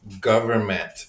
government